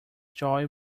joy